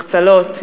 מחצלות,